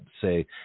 say